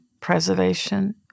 preservation